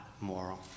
moral